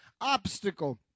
obstacle